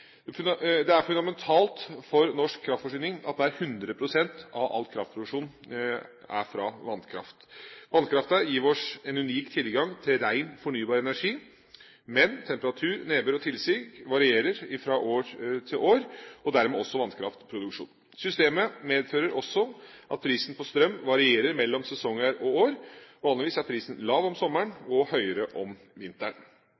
energipolitikken. Det er fundamentalt for norsk kraftforsyning at nær 100 pst. av all kraftproduksjon er fra vannkraft. Vannkraften gir oss en unik tilgang til ren fornybar energi, men temperatur, nedbør og tilsig kan variere fra år til år, og dermed også vannkraftproduksjonen. Systemet medfører også at prisen på strøm varierer mellom sesonger og år. Vanligvis er prisen lav om